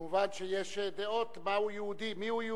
מובן שיש דעות מהו יהודי, מיהו יהודי,